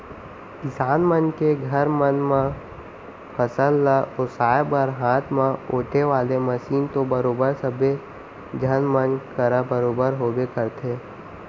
किसान मन के घर मन म फसल ल ओसाय बर हाथ म ओेटे वाले मसीन तो बरोबर सब्बे झन मन करा बरोबर होबे करथे